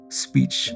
speech